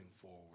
forward